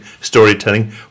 storytelling